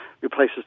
replaces